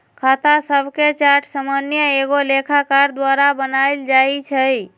खता शभके चार्ट सामान्य एगो लेखाकार द्वारा बनायल जाइ छइ